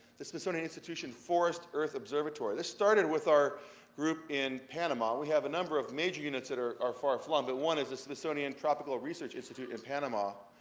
the smithsonian institution forest earth observatory. this started with our group in panama. we have a number of major units that are far-flung, but one is the smithsonian tropical research institute in panama,